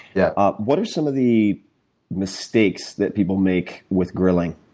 yeah ah what are some of the mistakes that people make with grilling?